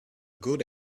good